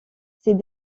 ces